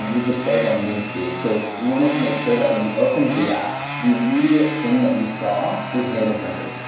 we just started on newsfeed. so, we wanted to make sure that when you opened the app, the immediate thing that you saw was native rendered.